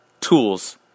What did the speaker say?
tools